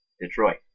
Detroit